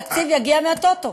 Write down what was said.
התקציב יגיע מהטוטו.